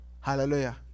Hallelujah